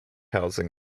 housing